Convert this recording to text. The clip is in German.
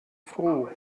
froh